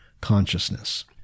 consciousness